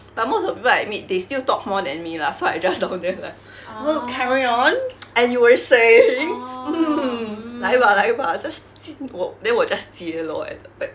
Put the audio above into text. but most of the people I meet they still talk more than me lah so I just down there like !whoa! carry on and you were saying 来吧来吧 just 我 then 我 just 接 lor at the back